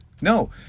No